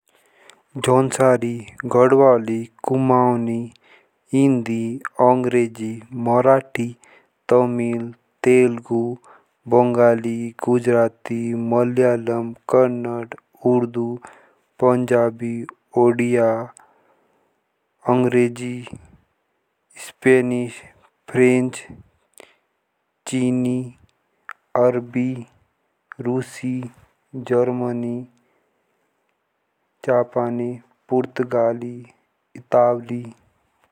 जौनसारी। गढ़वाली। कुमाऊँनी। हिंदी। अंग्रेजी। मराठी। तेलुगु। तमिल। मल्याली। गुजराती। कन्नड़। उर्दू। उड़िया। अंग्रेजी। Spanish. French. चीनी। अरबी। रूसी। जर्मनी। जापानी। पुर्तगाल।